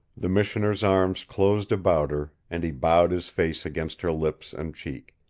the missioner's arms closed about her, and he bowed his face against her lips and cheek.